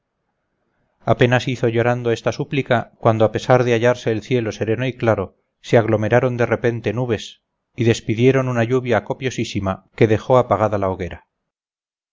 apenas hizo llorando esta súplica cuando a pesar de hallarse el cielo sereno y claro se aglomeraron de repente nubes y despidieron una lluvia copiosísima que dejó apagada la hoguera